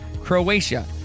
Croatia